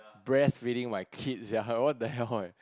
breastfeeding my kids sia what the hell eh